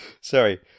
Sorry